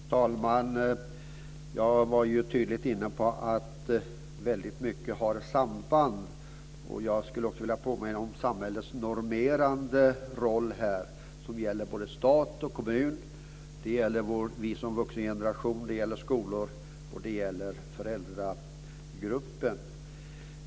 Fru talman! Jag var tydligt inne på att väldigt mycket har samband, och jag skulle vilja påminna om samhällets normerande roll här som gäller både stat och kommun, det gäller oss som vuxengeneration, våra skolor och föräldragruppen.